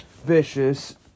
vicious